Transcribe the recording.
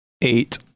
Eight